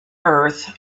earth